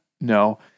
no